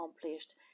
accomplished